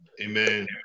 Amen